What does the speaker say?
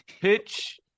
pitch